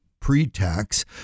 pre-tax